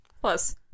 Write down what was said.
Plus